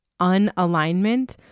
unalignment